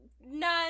None